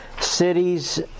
cities